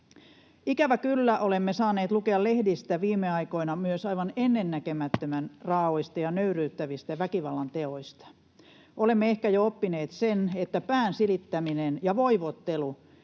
Ikävä kyllä, olemme saaneet lukea lehdistä viime aikoina myös aivan ennennäkemättömän raaoista ja nöyryyttävistä väkivallanteoista. Olemme ehkä jo oppineet sen, että pään silittäminen ja voivottelu